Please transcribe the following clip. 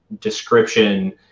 description